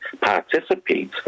participate